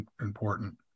important